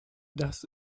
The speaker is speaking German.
das